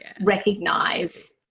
Recognize